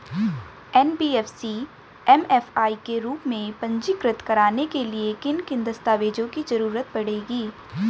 NBFC MFI के रूप में पंजीकृत कराने के लिए किन किन दस्तावेजों की जरूरत पड़ेगी?